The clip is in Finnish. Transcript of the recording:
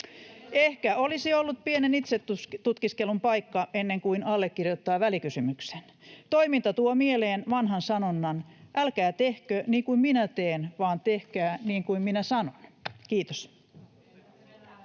Ehkä olisi ollut pienen itsetutkiskelun paikka ennen kuin allekirjoittaa välikysymyksen. Toiminta tuo mieleen vanhan sanonnan: älkää tehkö niin kuin minä teen, vaan tehkää niin kuin minä sanon. — Kiitos.